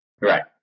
Right